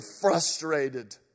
frustrated